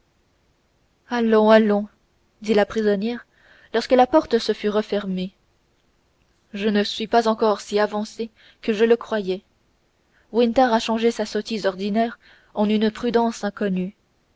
allons allons dit la prisonnière lorsque la porte se fut refermée je ne suis pas encore si avancée que je le croyais winter a changé sa sottise ordinaire en une prudence inconnue